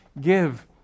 give